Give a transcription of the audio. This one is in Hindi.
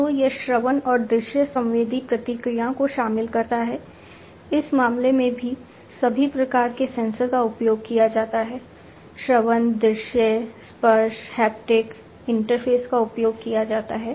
तो यह श्रवण और दृश्य संवेदी प्रतिक्रिया को शामिल करता है इस मामले में भी सभी प्रकार के सेंसर का उपयोग किया जाता है श्रवण दृश्य स्पर्श हैप्टिक इंटरफेस का उपयोग किया जाता है